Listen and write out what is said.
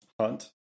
hunt